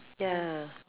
ya